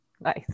Nice